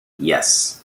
yes